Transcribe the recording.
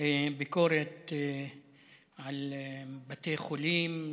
ביקורת על בתי חולים,